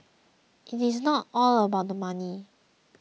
it is not all about the money